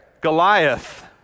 Goliath